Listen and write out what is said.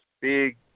big